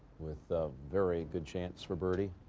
with a very good chance for birdie.